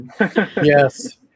Yes